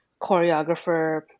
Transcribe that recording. choreographer